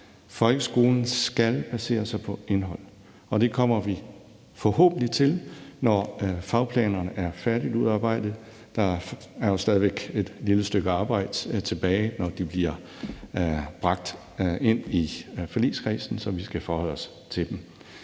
Folkeskolen skal basere sig på indhold, og det kommer vi forhåbentlig til, når fagplanerne er færdigudarbejdet. Der er jo stadig væk et lille stykke arbejde tilbage, når de bliver bragt ind i forligskredsen, så vi skal forholde os til dem.